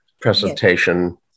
presentation